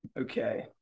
Okay